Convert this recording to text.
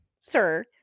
sir